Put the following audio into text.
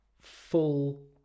full